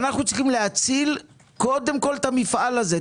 אנחנו צריכים להציל קודם כל את המפעל הזה,